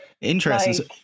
Interesting